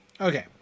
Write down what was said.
Okay